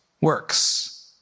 works